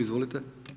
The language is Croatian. Izvolite.